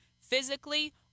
physically